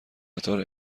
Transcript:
قطار